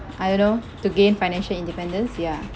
I don't know to gain financial independence ya